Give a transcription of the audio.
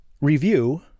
review